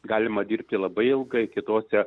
galima dirbti labai ilgai kitose